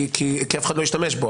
כי אף אחד לא ישתמש בו.